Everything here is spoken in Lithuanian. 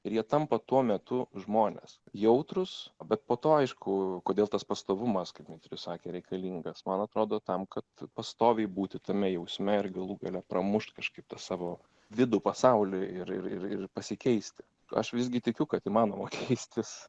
ir jie tampa tuo metu žmonės jautrūs bet po to aišku kodėl tas pastovumas kaip dmitrijus sakė reikalingas man atrodo tam kad pastoviai būti tame jausme ir galų gale pramušt kažkaip tą savo vidų pasauliui ir ir ir ir pasikeisti aš visgi tikiu kad įmanoma keistis